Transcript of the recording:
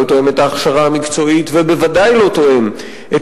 לא תואם את ההכשרה המקצועית ובוודאי לא תואם את